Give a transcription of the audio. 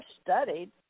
studied